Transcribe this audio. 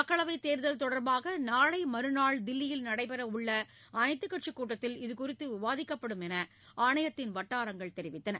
மக்களவைத் தேர்தல் தொடர்பாக நாளை மறுநாள் தில்லியில் நடைபெறவுள்ள அனைத்துக் கட்சிக் கூட்டத்தில் இதுகுறித்து விவாதிக்கப்படும் என்று ஆணையத்தின் வட்டாரங்கள் தெரிவித்தன